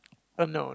oh no